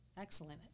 Excellent